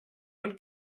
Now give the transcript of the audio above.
und